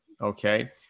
Okay